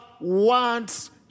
wants